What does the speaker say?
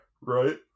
Right